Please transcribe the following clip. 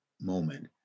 moment